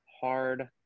Hard